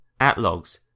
Atlogs